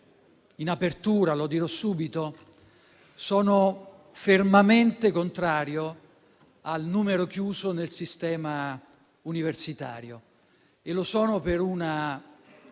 in apertura che sono fermamente contrario al numero chiuso nel sistema universitario. Lo sono per una